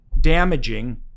damaging